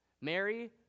Mary